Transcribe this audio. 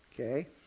Okay